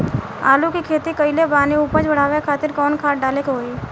आलू के खेती कइले बानी उपज बढ़ावे खातिर कवन खाद डाले के होई?